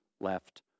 left